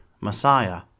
Messiah